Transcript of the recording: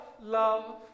love